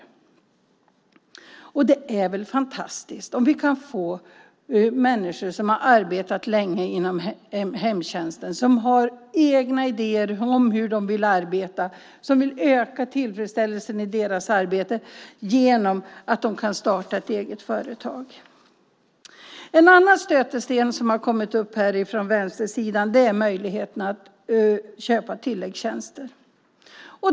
Visst är det väl fantastiskt om människor som arbetat länge inom hemtjänsten, som har egna idéer om hur de vill arbeta, som vill öka tillfredsställelsen i sitt arbete kan få möjlighet till det genom att starta ett eget företag? En annan stötesten som kommit upp från vänstersidan gäller möjligheten att köpa tilläggstjänster.